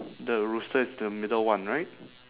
the rooster is the middle one right